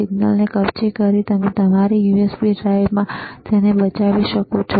સિગ્નલને કબ્જે કરી તમે તમારી USB ડ્રાઇવનો ઉપયોગ કરીને બચાવી શકો છો